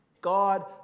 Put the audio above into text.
God